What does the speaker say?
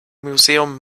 museum